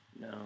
No